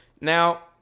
Now